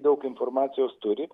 daug informacijos turit